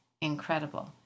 incredible